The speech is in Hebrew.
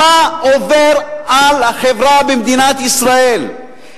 מה עובר על החברה במדינת ישראל.